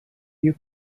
you